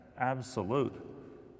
absolute